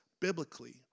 biblically